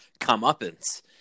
comeuppance